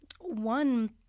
One